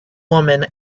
woman